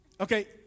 Okay